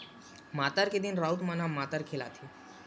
मातर के दिन राउत मन ह मातर खेलाथे